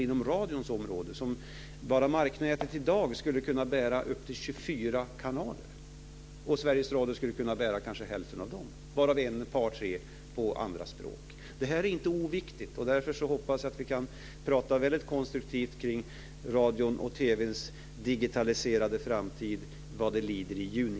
Inom radions område skulle t.ex. bara marknätet i dag kunna bära upp till 24 kanaler. Sveriges Radio skulle kunna bära kanske hälften av dem, varav ett par tre på andra språk. Det här är inte oviktigt. Därför hoppas jag att vi kan prata väldigt konstruktivt kring radions och TV:ns digitaliserade framtid i juni.